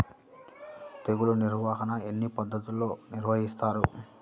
తెగులు నిర్వాహణ ఎన్ని పద్ధతుల్లో నిర్వహిస్తారు?